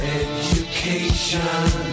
education